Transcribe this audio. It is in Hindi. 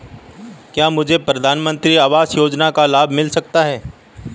क्या मुझे प्रधानमंत्री आवास योजना का लाभ मिल सकता है?